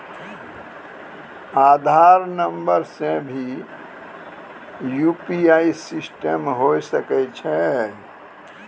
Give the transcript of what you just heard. आधार नंबर से भी यु.पी.आई सिस्टम होय सकैय छै?